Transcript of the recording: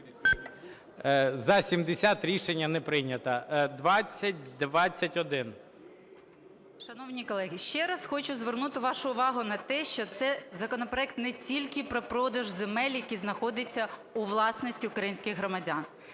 За-70 Рішення не прийнято. 2021. 12:42:21 ПЛАЧКОВА Т.М. Шановні колеги, ще раз хочу звернути вашу увагу на те, що це законопроект не тільки про продаж земель, які знаходяться у власності українських громадян.